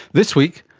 this week,